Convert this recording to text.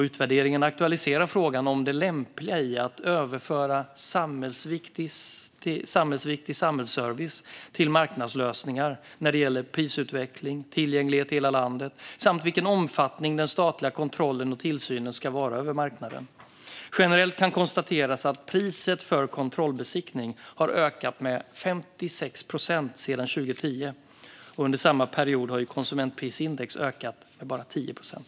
Utvärderingen aktualiserar frågan om det lämpliga i att överföra samhällsviktig samhällsservice till marknadslösningar när det gäller prisutveckling, tillgänglighet i hela landet och omfattningen av den statliga kontrollen och tillsynen över marknaden. Generellt kan konstateras att priset för kontrollbesiktning har ökat med 56 procent sedan 2010. Under samma period har konsumentprisindex ökat med bara 10 procent.